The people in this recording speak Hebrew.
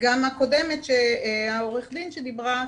גם עורכת הדין שדיברה,